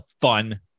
fun